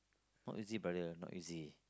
not easy brother not easy